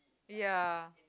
ya